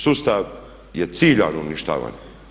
Sustav je ciljano uništavan.